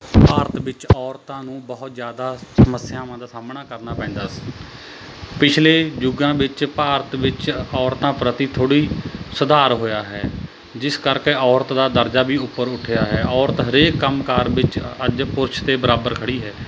ਭਾਰਤ ਵਿੱਚ ਔਰਤਾਂ ਨੂੰ ਬਹੁਤ ਜ਼ਿਆਦਾ ਸਮੱਸਿਆਵਾਂ ਦਾ ਸਾਹਮਣਾ ਕਰਨਾ ਪੈਂਦਾ ਸੀ ਪਿਛਲੇ ਯੁੱਗਾਂ ਵਿੱਚ ਭਾਰਤ ਵਿੱਚ ਔਰਤਾਂ ਪ੍ਰਤੀ ਥੋੜ੍ਹੀ ਸੁਧਾਰ ਹੋਇਆ ਹੈ ਜਿਸ ਕਰਕੇ ਔਰਤ ਦਾ ਦਰਜਾ ਵੀ ਉੱਪਰ ਉੱਠਿਆ ਹੈ ਔਰਤ ਹਰੇਕ ਕੰਮਕਾਰ ਵਿੱਚ ਅੱਜ ਪੁਰਸ਼ ਦੇ ਬਰਾਬਰ ਖੜ੍ਹੀ ਹੈ